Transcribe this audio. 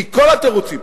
כי כל התירוצים,